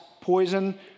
poison